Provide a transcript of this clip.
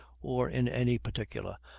or in any particular,